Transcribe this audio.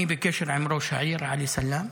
אני בקשר עם ראש העיר עלי סלאם.